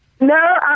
no